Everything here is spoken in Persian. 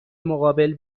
مقابل